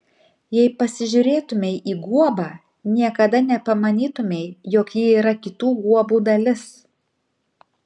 jei pasižiūrėtumei į guobą niekada nepamanytumei jog ji yra kitų guobų dalis